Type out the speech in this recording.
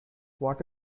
what